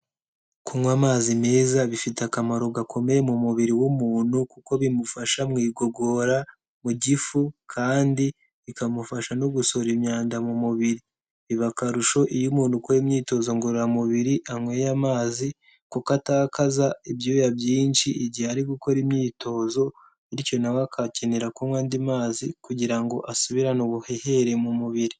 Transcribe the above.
Kunywa amazi meza bifite akamaro gakomeye mu mubiri w'umuntu kuko bimufasha mu igogora, mu gifu kandi bikamufasha no gusohora imyanda mu mubiri, biba akarusho iyo umuntu ukora imyitozo ngororamubiri anyweye amazi kuko atakaza ibyuya byinshi igihe ari gukora imyitozo, bityo nawe agakenera kunywa andi mazi kugira ngo asubirane ubuhehere mu mubiri.